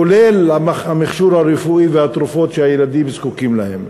כולל המכשור הרפואי והתרופות שהילדים זקוקים להם.